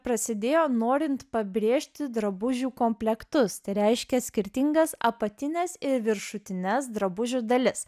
prasidėjo norint pabrėžti drabužių komplektus tai reiškia skirtingas apatines ir viršutines drabužių dalis